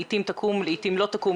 לעתים תקום ולעתים לא תקים,